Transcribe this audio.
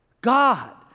God